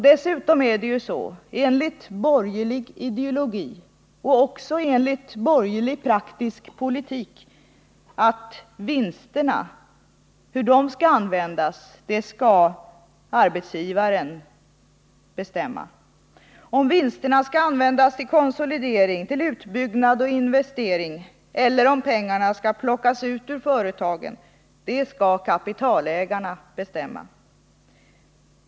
Dessutom är det så, enligt borgerlig ideologi och borgerlig praktisk politik, att hur vinsterna skall användas skall arbetsgivarna bestämma. Om vinsterna skall användas till konsolidering, utbyggnad och investering eller om pengarna skall plockas ut ur företagen, det skall kapitalägarna bestämma.